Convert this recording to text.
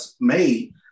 made